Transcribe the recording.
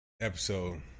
episode